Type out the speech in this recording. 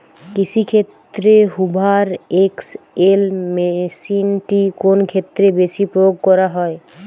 কৃষিক্ষেত্রে Hoover XL মেশিনটি কোন ক্ষেত্রে বেশি প্রয়োগ করা হয়?